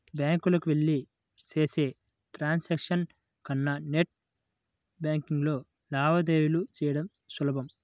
బ్యాంకులకెళ్ళి చేసే ట్రాన్సాక్షన్స్ కన్నా నెట్ బ్యేన్కింగ్లో లావాదేవీలు చెయ్యడం సులభం